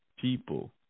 People